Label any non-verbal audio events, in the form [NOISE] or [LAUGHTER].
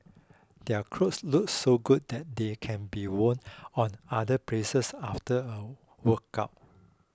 their clothes look so good that they can be worn [HESITATION] other places after a workout